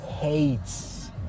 hates